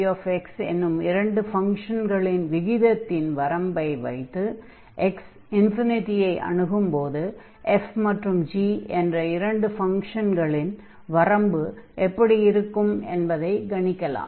fxgx என்னும் இரண்டு ஃபங்ஷன்களின் விகிதத்தின் வரம்பை வைத்து x ∞ ஐ அணுகும்போது f மற்றும் g என்ற இரண்டு ஃபங்ஷன்களின் வரம்பு எப்படி இருக்கும் என்பதைக் கணிக்கலாம்